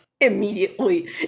immediately